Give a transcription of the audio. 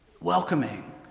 welcoming